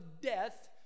death